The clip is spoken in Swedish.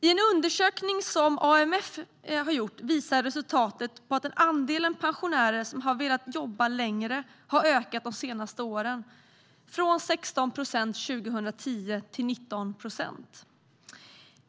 I en undersökning som AMF har gjort visar resultatet på att andelen pensionärer som har velat jobba längre har ökat de senaste åren, från 16 procent 2010 till 19 procent.